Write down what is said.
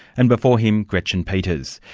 and before him, gretchen peters.